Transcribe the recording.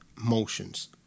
motions